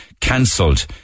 cancelled